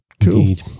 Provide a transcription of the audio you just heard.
Indeed